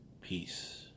Peace